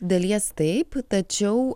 dalies taip tačiau